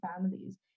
families